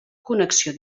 connexió